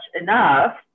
enough